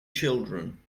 children